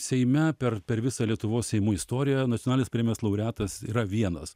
seime per per visą lietuvos seimų istoriją nacionalinis premijos laureatas yra vienas